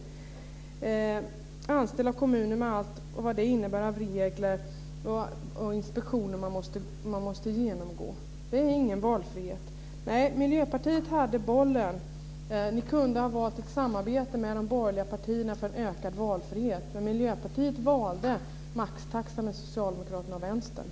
Man skulle bli anställd av kommunen med allt vad det innebär av regler och inspektioner som man måste genomgå. Det är ingen valfrihet. Miljöpartiet hade bollen. Ni kunde ha valt ett samarbete med de borgerliga partierna för en ökad valfrihet. Men Miljöpartiet valde maxtaxan med Socialdemokraterna och Vänstern.